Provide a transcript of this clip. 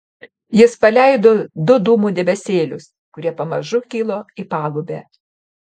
jis paleido du dūmų debesėlius kurie pamažu kilo į palubę